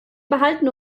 behalten